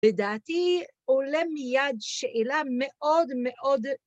בדעתי עולה מייד שאלה מאוד מאוד